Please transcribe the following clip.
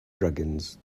dragons